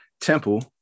Temple